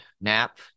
nap